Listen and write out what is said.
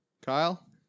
Kyle